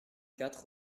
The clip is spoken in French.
quatre